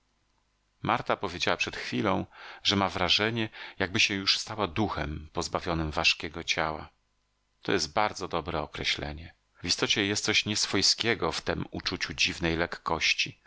marta powiedziała przed chwilą że ma wrażenie jakby się już stała duchem pozbawionym ważkiego ciała to jest bardzo dobre określenie w istocie jest coś nieswojskiego w tem uczuciu dziwnej lekkości